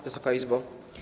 Wysoka Izbo!